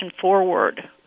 forward